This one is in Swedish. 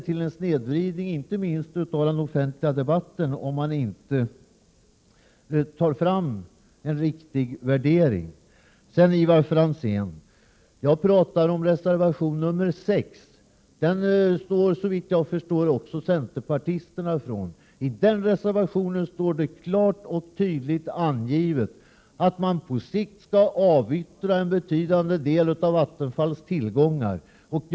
Inte minst den offentliga debatten skulle då snedvridas. Jag talar om reservation nr 6, Ivar Franzén, och den står såvitt jag förstår också centerpartiet bakom. I den reservationen anges klart och tydligt att en betydande del av Vattenfalls tillgångar på sikt skall avyttras.